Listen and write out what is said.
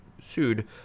sued